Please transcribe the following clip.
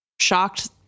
shocked